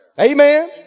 Amen